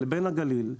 לבין הגליל.